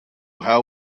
how